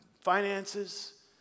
finances